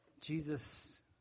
Jesus